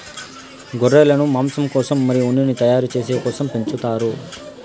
గొర్రెలను మాంసం కోసం మరియు ఉన్నిని తయారు చేసే కోసం పెంచుతారు